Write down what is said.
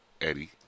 Eddie